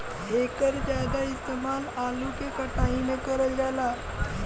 एकर जादा इस्तेमाल आलू के कटाई में करल जाला